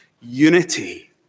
unity